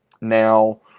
Now